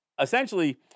essentially